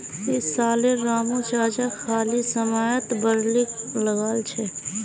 इस साल रामू चाचा खाली समयत बार्ली लगाल छ